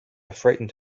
frightened